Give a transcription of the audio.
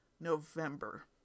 November